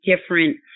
different